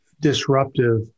disruptive